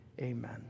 amen